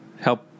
help